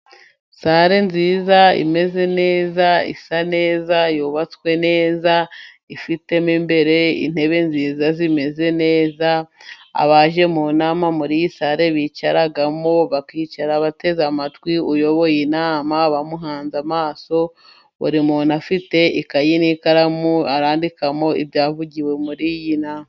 Sale nziza imeze neza, isa neza, yubatswe neza, ifitemo imbere intebe nziza zimeze neza, abaje mu nama muri sale bicaramo, bakicara bateze amatwi uyoboye inama, bamuhanze amaso ,buri muntu afite ikayi n'ikaramu ,arandikamo ibyavugiwe muri iyi nama.